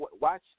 Watch